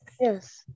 yes